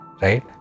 Right